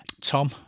Tom